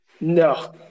No